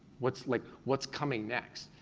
what's like what's coming next?